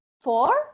four